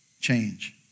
change